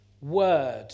word